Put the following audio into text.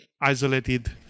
isolated